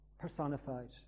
personified